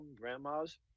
grandmas